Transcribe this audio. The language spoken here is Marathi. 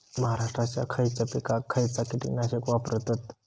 महाराष्ट्रात खयच्या पिकाक खयचा कीटकनाशक वापरतत?